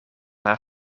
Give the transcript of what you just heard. haar